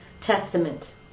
Testament